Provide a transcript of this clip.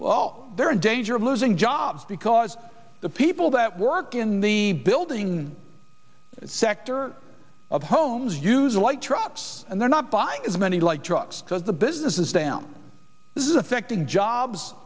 well they're in danger of losing jobs because the people that work in the building sector of homes use light trucks and they're not buying as many like trucks because the business is down this is affecting jobs